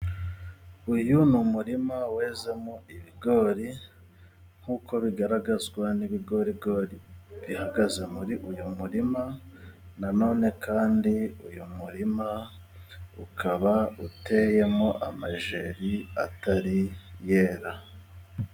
Uyu ni umurima wezamo ibigori nkuko bigaragazwa n'ibigorigori bihagaze muri uyu murima. Na none kandi uyu murima ukaba uteyemo amajeri atari yera.